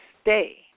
stay